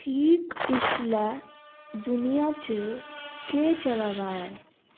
ठीक इसलै दुनिया च केह् चला दा ऐ